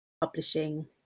publishing